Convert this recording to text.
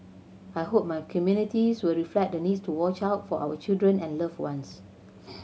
I hope my communities will reflect the needs to watch out for our children and loved ones